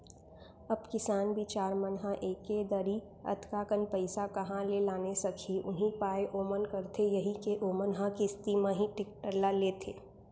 अब किसान बिचार मन ह एके दरी अतका कन पइसा काँहा ले लाने सकही उहीं पाय ओमन करथे यही के ओमन ह किस्ती म ही टेक्टर ल लेथे